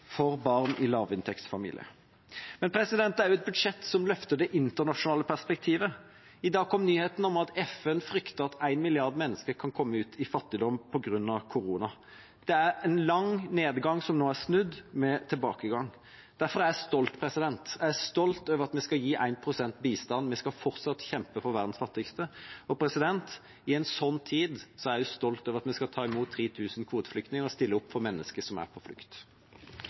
for barn i lavinntektsfamilier. Det er et budsjett som løfter det internasjonale perspektivet. I dag kom nyheten om at FN frykter at én milliard mennesker kan komme i fattigdom på grunn av korona. Det er en lang nedgang som nå er snudd med tilbakegang. Derfor er jeg stolt. Jeg er stolt over at vi skal gi 1 pst. bistand. Vi skal fortsatt kjempe for verdens fattigste. I en slik tid er jeg også stolt over at vi skal ta imot 3 000 kvoteflyktninger og stille opp for mennesker som er på flukt.